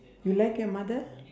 you like your mother